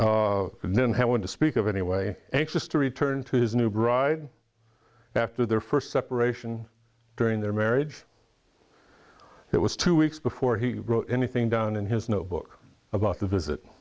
one and then he went to speak of anyway anxious to return to his new bride after their first separation during their marriage it was two weeks before he wrote anything down in his notebook about the visit